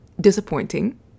disappointing